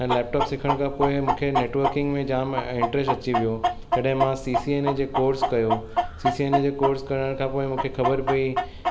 ऐं लेपटॉप सिखण खां पोइ मूंखे नेटवर्किंग में जाम इंट्र्स्ट अची वियो तॾहिं मां सी सी एन ए जो कोर्स कयो सी सी एन ए जे कोर्स करण खां पोइ मूंखे ख़बरु पई